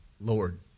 Lord